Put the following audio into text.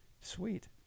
Sweet